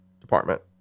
Department